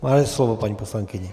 Máte slovo, paní poslankyně.